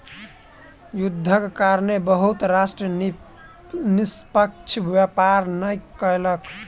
युद्धक कारणेँ बहुत राष्ट्र निष्पक्ष व्यापार नै कयलक